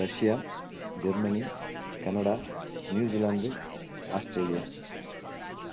Russia Germany Canada New Zealand Australia